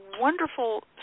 wonderful